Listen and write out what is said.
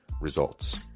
results